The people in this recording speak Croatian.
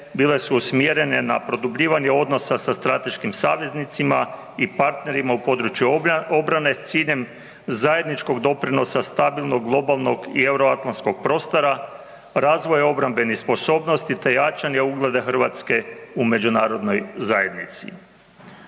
bile su usmjerene na produbljivanje odnosa sa strateškim saveznicima i partnerima u području obrane s ciljem zajedničkog doprinosa stabilnog globalnog i euroatlantskog prostora, razvoja obrambenih sposobnosti te jačanje ugleda Hrvatske u međunarodnoj zajednici.